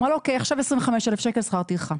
היא אמרה לו, עכשיו 25,000 שקלים שכר טרחה.